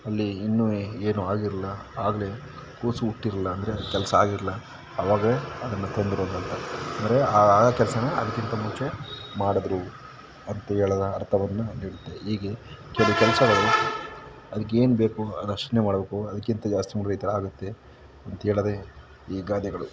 ಇಲ್ಲಿ ಇನ್ನೂ ಏನು ಆಗಿರೋಲ್ಲ ಆಗಲೇ ಕೂಸು ಹುಟ್ಟಿರೋಲ್ಲ ಅಂದರೆ ಕೆಲಸ ಆಗಿರೋಲ್ಲ ಅವಾಗಲೆ ಅದನ್ನು ತಂದರು ಅಂತರ್ಥ ಅಂದರೆ ಆ ಕೆಲಸನ ಅದಕ್ಕಿಂತ ಮುಂಚೆ ಮಾಡಿದ್ರು ಅಂಥೇಳು ಅರ್ಥವನ್ನು ನೀಡುತ್ತೆ ಹೀಗೆ ಕೆಲವು ಕೆಲಸಗಳು ಅದಕ್ಕೇನು ಬೇಕು ಅದಷ್ಟನ್ನೇ ಮಾಡಬೇಕು ಅದಕ್ಕಿಂತ ಜಾಸ್ತಿ ಮಾಡ್ದ್ರೆ ಈ ಥರ ಆಗುತ್ತೆ ಅಂಥೇಳೋದೆ ಈ ಗಾದೆಗಳು